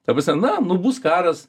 ta prasme na nu bus karas